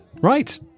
Right